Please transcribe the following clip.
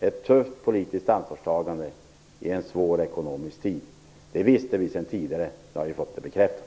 ett tufft politiskt ansvarstagande i en svår ekonomisk tid. Det visste vi sedan tidigare, nu har vi fått det bekräftat.